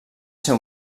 ser